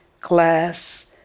class